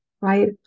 right